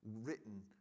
written